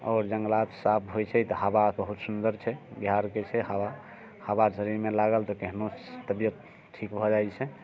आओर जङ्गलात साफ होइत छै तऽ हवा बहुत सुन्दर छै बिहारके छै हवा हवा शरीरमे लागल तऽ केहनो तबियत ठीक भऽ जाइत छै